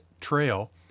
Trail